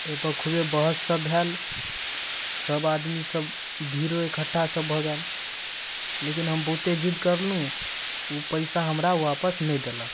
एहिपर खूबे बहससब भेल सभ आदमीसभ भीड़ो इकट्ठा सब भऽ गेल लेकिन हम बहुते जिद करलहुँ ओ पइसा हमरा वापस नहि देलक